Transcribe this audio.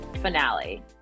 Finale